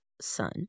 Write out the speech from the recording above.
son